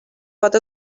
pot